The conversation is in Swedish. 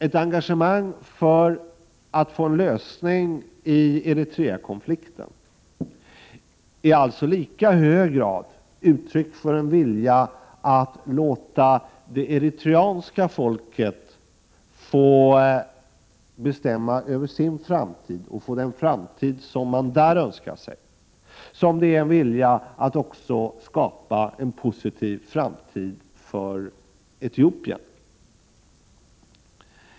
Ett engagemang för att få till stånd en lösning i Eritreakonflikten är alltså i lika hög grad uttryck för en vilja att låta det eritreanska folket få bestämma över sin framtid och få den framtid som de där önskar sig, som det är en vilja att också skapa en positiv framtid för Etiopien.